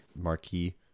Marquee